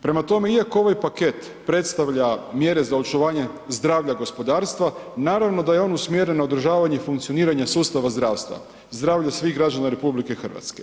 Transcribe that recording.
Prema tome, iako ovaj paket predstavlja mjere za očuvanje zdravlja gospodarstva, naravno da je on usmjeren na održavanje i funkcioniranje sustava zdravstva i zdravlje svih građana RH.